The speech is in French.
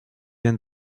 vient